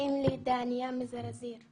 קוראים לי דאניה, מזרזיר.